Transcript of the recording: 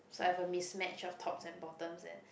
so I have a mismatch of tops and bottoms and